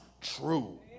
true